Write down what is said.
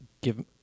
give